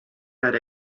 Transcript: that